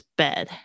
bed